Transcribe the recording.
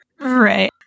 Right